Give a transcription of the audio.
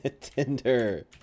Tinder